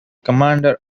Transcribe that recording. commander